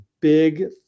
big